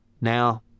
Now